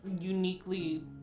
uniquely